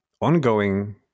ongoing